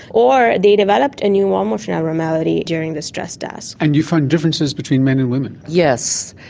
or they developed a new wall motion abnormality during the stress test. and you found differences between men and women? yes,